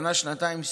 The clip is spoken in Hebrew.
שנה-שנתיים,